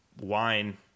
wine